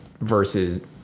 versus